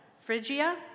Phrygia